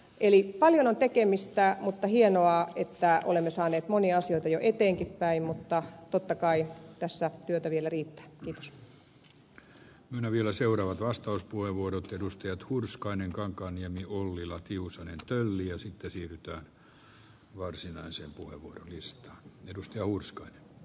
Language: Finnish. eli paljon on tekemistä mutta on hienoa että olemme saaneet monia asioita jo eteenkinpäin mutta totta kai tässä työtä vielä seuraava vastauspuheenvuorot edustajat hurskainen kankaanniemi ullila tiusanen tölli ja sitten siirryttyään varsinaisen puhu niistä edusti riittää